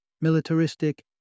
militaristic